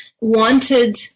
wanted